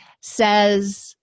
says